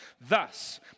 Thus